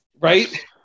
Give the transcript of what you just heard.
right